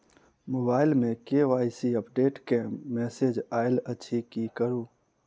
Mobile मे KYC update केँ message आइल अछि की करू?